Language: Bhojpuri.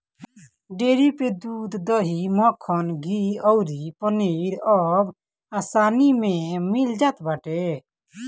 डेयरी पे दूध, दही, मक्खन, घीव अउरी पनीर अब आसानी में मिल जात बाटे